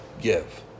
give